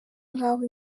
nk’aho